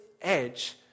edge